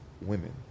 women